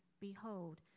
behold